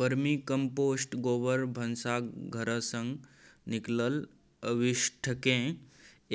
vermicompost गोबर, भनसा घरसँ निकलल अवशिष्टकेँ